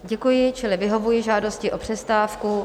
Děkuji, čili vyhovuji žádosti o přestávku.